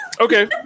Okay